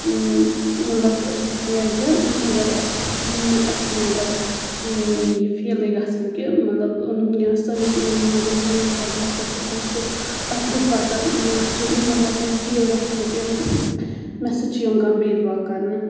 مَطلَب أسۍ چھِ آسان یَگجَہ مَگَر اَسہِ چھِ نہٕ مَطلَب یہِ فیٖلٕے گژھان کہِ مَطلَب یا سٲنِس مطلب سٲنِس وجہَس پؠٹھ چھِ کٲنٛسہِ تَکلیٖف واتان نہ چھِ مَطلَب مےٚ فیٖل گژھان کہِ مےٚ سۭتۍ چھُ یِوان کانٛہہ بید باو کَرنہٕ